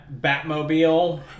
Batmobile